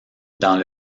dans